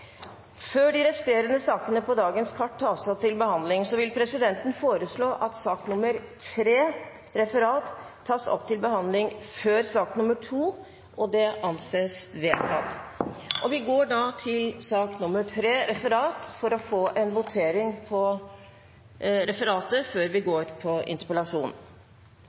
Før de resterende sakene på dagens kart tas opp til behandling, vil presidenten foreslå at sak nr. 3 – Referat – tas opp til behandling før sak nr. 2. – Det anses vedtatt. Stortinget går da tilbake til sak